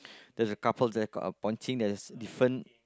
there's a couple of record of pointing as different